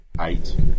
eight